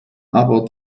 aber